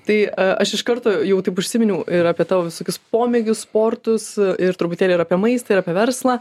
tai aš iš karto jau taip užsiminiau ir apie tavo visokius pomėgius sportus ir truputėlį ir apie maistą ir apie verslą